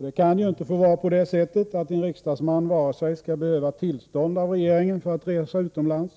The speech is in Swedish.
Det får varken vara så att en riksdagsman skall behöva tillstånd av regeringen för att resa utomlands